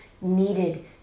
needed